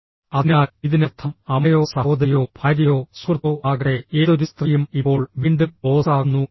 അതിനാൽ ഇതിനർത്ഥം അമ്മയോ സഹോദരിയോ ഭാര്യയോ സുഹൃത്തോ ആകട്ടെ ഏതൊരു സ്ത്രീയും ഇപ്പോൾ വീണ്ടും ബോസ് ആകുന്നു എന്നാണ്